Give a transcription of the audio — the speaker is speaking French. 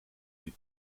des